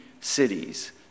cities